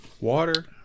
Water